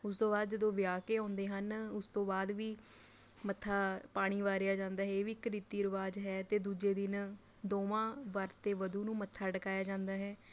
ਉਸ ਤੋਂ ਬਾਅਦ ਜਦੋਂ ਵਿਆਹ ਕੇ ਆਉਂਦੇ ਹਨ ਉਸ ਤੋਂ ਬਾਅਦ ਵੀ ਮੱਥਾ ਪਾਣੀ ਵਾਰਿਆ ਜਾਂਦਾ ਹੈ ਇਹ ਵੀ ਇੱਕ ਰੀਤੀ ਰਿਵਾਜ਼ ਹੈ ਅਤੇ ਦੂਜੇ ਦਿਨ ਦੋਵਾਂ ਵਰ ਅਤੇ ਵਧੂ ਨੂੰ ਮੱਥਾ ਟਿਕਾਇਆ ਜਾਂਦਾ ਹੈ